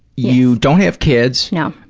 you don't have kids. no.